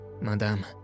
madame